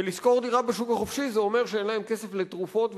ולשכור דירה בשוק החופשי זה אומר שאין להם כסף לתרופות,